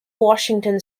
washington